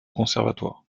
conservatoire